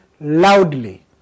loudly